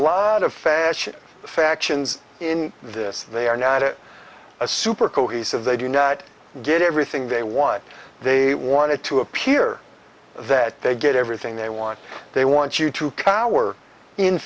lot of fashion factions in this they are now to a super cohesive they do not get everything they want they want it to appear that they get everything they want they want you to cower in